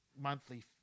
monthly